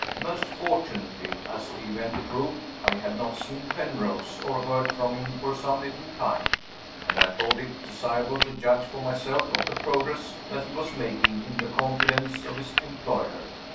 most fortunately, as the event proved, i had not seen penrose, or heard from him, for some little time and i thought it desirable to judge for myself of the progress that he was making in the confidence of his employer.